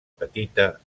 petita